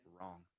wrong